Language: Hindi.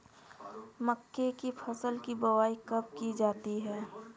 मक्के की फसल की बुआई कब की जाती है?